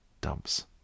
dumps